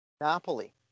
Napoli